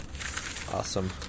Awesome